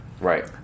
Right